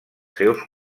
seus